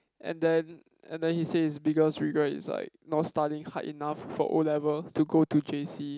and then and then he say his biggest regret is like not studying hard enough for O level to go to j_c